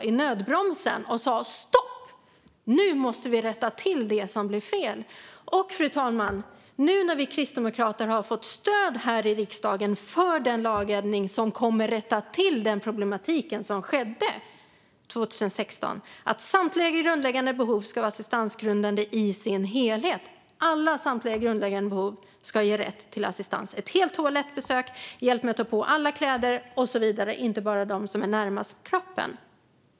Varför sa man inte stopp och att man måste rätta till det som blivit fel? Fru talman! Nu har vi kristdemokrater fått stöd här i riksdagen för en lagändring som kommer att rätta till den problematik som uppstod 2016. Samtliga grundläggande behov ska vara assistansgrundande i sin helhet - ett helt toalettbesök, hjälp med att ta på alla kläder, inte bara de som är närmast kroppen, och så vidare.